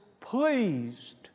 pleased